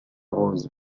rose